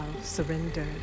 surrender